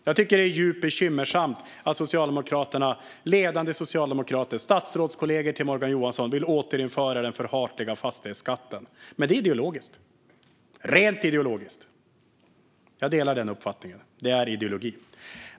Jag tycker att det är djupt bekymmersamt att ledande socialdemokrater, statsrådskollegor till Morgan Johansson, vill återinföra den förhatliga fastighetsskatten. Men det är rent ideologiskt. Jag delar den uppfattningen - det är ideologi.